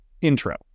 intro